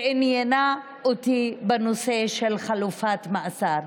ועניינה אותי בנושא של חלופת מאסר.